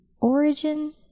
origin